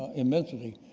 immensity,